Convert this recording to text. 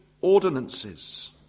ordinances